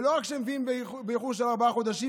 ולא רק שהם מביאים אותה באיחור של ארבעה חודשים,